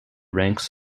ranks